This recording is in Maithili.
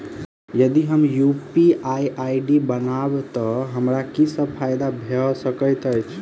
यदि हम यु.पी.आई आई.डी बनाबै तऽ हमरा की सब फायदा भऽ सकैत अछि?